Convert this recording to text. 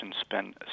spend